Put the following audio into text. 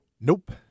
Nope